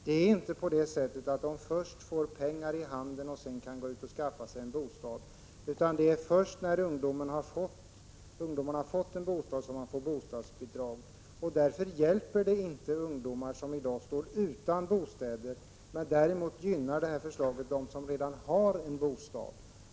Det är inte så att ungdomarna först får pengar i handen och sedan kan skaffa sig en bostad, utan det är först när ungdomarna har fått en bostad som de får bostadsbidrag. Därför hjälper regeringens förslag inte ungdomar som i dag står utan bostad, men det gynnar dem som redan har en bostad.